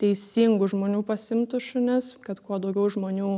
teisingų žmonių pasiimtų šunis kad kuo daugiau žmonių